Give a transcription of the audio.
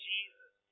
Jesus